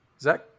Zach